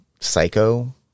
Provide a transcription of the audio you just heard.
Psycho